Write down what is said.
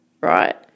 right